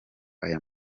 aya